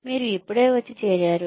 మీరు ఇప్పుడే వచ్చి చేరారు